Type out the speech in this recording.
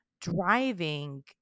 driving